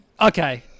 Okay